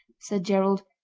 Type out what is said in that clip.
said gerald,